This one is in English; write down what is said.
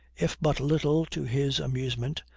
if but little to his amusement,